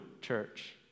church